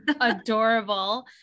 adorable